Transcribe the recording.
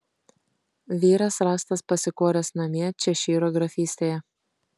vyras rastas pasikoręs namie češyro grafystėje